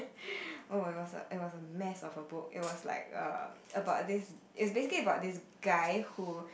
oh it was a it was a a mess of the book it was like um about is this is basically is about this guy who